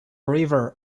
river